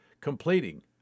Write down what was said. completing